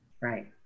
Right